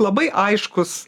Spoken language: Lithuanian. labai aiškus